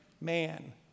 man